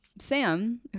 sam